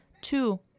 two